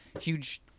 huge